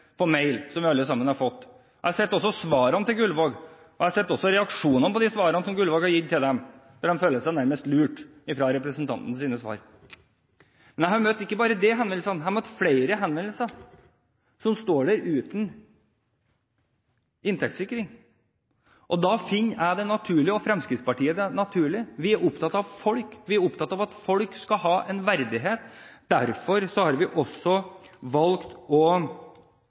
på mail, som vi alle sammen har fått. Jeg har også sett svarene til Gullvåg, og jeg har sett reaksjonene på de svarene som Gullvåg har gitt, og de nærmest føler seg lurt av representantens svar. Men jeg møter ikke bare de henvendelsene, jeg får flere henvendelser fra folk som står der uten inntektssikring. Jeg og Fremskrittspartiet er opptatt av folk, og vi er opptatt av at folk skal ha en verdighet. Derfor har vi valgt å fremme forslaget på nytt, samtidig som vi har valgt å